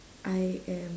I am